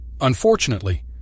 Unfortunately